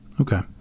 okay